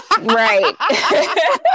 Right